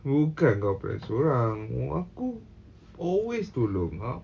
bukan kau plan sorang aku always tolong